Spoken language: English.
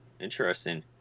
Interesting